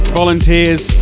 volunteers